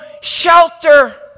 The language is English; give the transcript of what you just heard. shelter